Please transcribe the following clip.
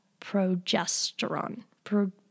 progesterone